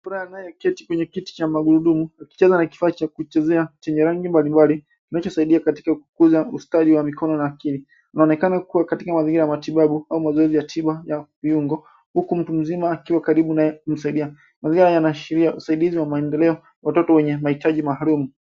Mvulana anayeketi kwenye kiti cha magurudumu akicheza na kifaa cha kuchezea chenye rangi mbali mbali, kinachosaidia katika kukuza ustadi wa mikono na akili. Inaonekana kua katika mazingira ya matibabu au mazoezi ya tiba ya viungo, huku mtu mzima akiwa karibu naye kumsaidia. Mazingira yanaashiria usaidizi wa maendelea kwa watoto wenye mahitaji maalumu.